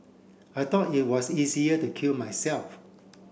I thought it was easier to kill myself